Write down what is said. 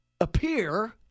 appear